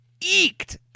eeked